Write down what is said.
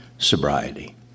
sobriety